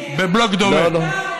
בבלוק דומה.